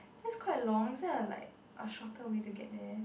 that's quite long is there a like a shorter way to get there